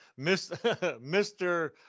Mr